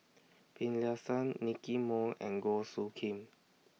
Finlayson Nicky Moey and Goh Soo Khim